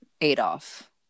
Adolf